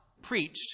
preached